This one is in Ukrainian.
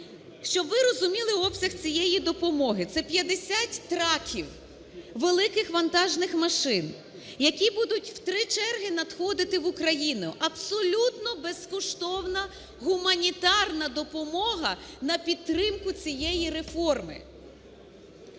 Щоб ви розуміли обсяг цієї допомоги, це 50 "траків", великих вантажних машин, які будуть в три черги надходити в Україну. Абсолютно безкоштовна гуманітарна допомога на підтримку цієї реформи.